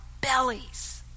bellies